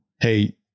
Hey